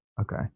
Okay